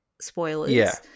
spoilers